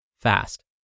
fast